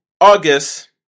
August